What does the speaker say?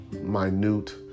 minute